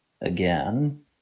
again